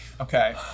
Okay